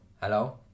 hello